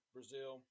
Brazil